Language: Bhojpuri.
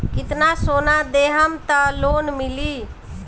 कितना सोना देहम त लोन मिली?